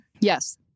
Yes